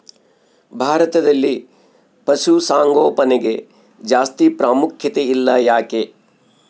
ಭಾರತದಲ್ಲಿ ಪಶುಸಾಂಗೋಪನೆಗೆ ಜಾಸ್ತಿ ಪ್ರಾಮುಖ್ಯತೆ ಇಲ್ಲ ಯಾಕೆ?